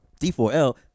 D4L